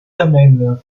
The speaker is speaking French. amène